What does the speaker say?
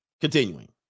Continuing